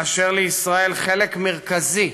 כאשר לישראל חלק מרכזי